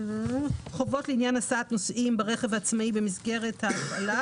חובות לעניין הסעת נוסעים ברכב העצמאי במסגרת ההפעלה.